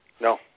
No